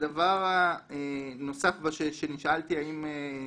דבר נוסף שנשאלתי, האם